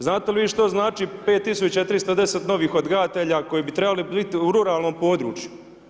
Znate li vi što znači 5310 novih odgajatelja koji bi trebali biti u ruralnom području?